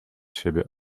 siebie